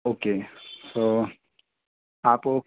okay तो आप